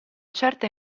certa